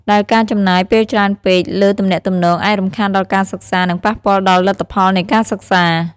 ដែលការចំណាយពេលច្រើនពេកលើទំនាក់ទំនងអាចរំខានដល់ការសិក្សា និងប៉ះពាល់ដល់លទ្ធផលនៃការសិក្សា។